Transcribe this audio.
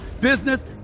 business